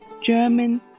German